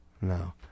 No